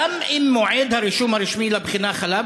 גם אם מועד הרישום הרשמי לבחינה חלף,